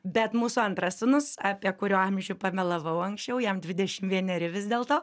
bet mūsų antras sūnus apie kurio amžių pamelavau anksčiau jam dvidešim vieneri vis dėlto